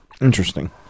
Interesting